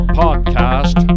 podcast